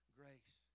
grace